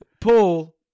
Paul